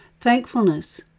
Thankfulness